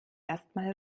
erstmal